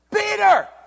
Peter